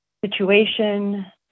situation